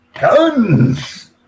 guns